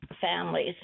families